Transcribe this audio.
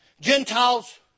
Gentiles